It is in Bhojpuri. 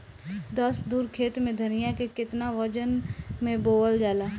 दस धुर खेत में धनिया के केतना वजन मे बोवल जाला?